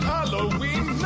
Halloween